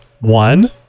One